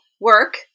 work